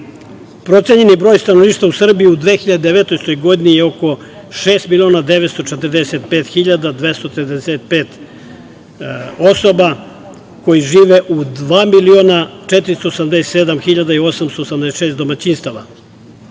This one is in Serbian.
veliki. Procenjeni broj stanovništva u Srbiji u 2019. godini je oko 6.945.235 osoba koji žive u 2.487.886 domaćinstava.